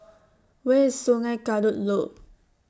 Where IS Sungei Kadut Loop